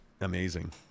amazing